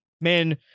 man